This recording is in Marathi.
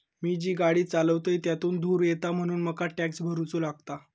मी जी गाडी चालवतय त्यातुन धुर येता म्हणून मका टॅक्स भरुचो लागता